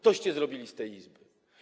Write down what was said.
Toście zrobili z tej Izby.